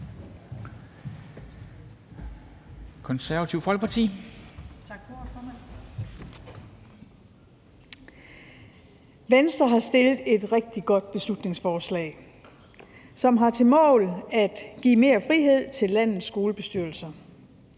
Venstre har fremsat et rigtig godt beslutningsforslag, som har til formål at give mere frihed til landets skolebestyrelser.